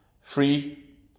free